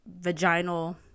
vaginal